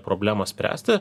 problemas spręsti